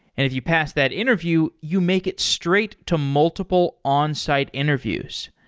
if you pass that interview, you make it straight to multiple onsite interviews.